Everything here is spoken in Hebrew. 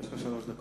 יש לך שלוש דקות.